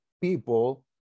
people